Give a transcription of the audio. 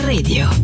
Radio